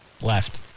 Left